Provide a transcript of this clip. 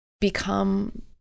become